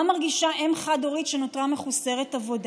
מה מרגישה אם חד-הורית שנותרה מחוסרת עבודה,